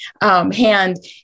hand